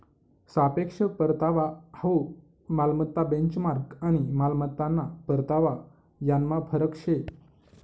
सापेक्ष परतावा हाउ मालमत्ता बेंचमार्क आणि मालमत्ताना परतावा यानमा फरक शे